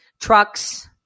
trucks